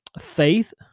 faith